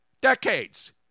Decades